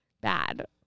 Bad